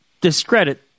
discredit